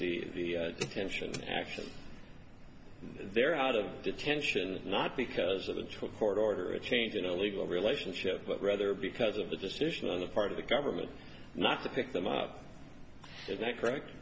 the detention action they're out of detention not because of the truth court order or a change in a legal relationship but rather because of the decision on the part of the government not to pick them up